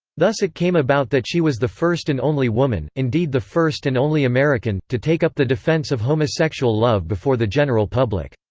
thus it came about that she was the first and only woman, indeed the first and only american, to take up the defence of homosexual love before the general public.